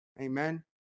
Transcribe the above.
Amen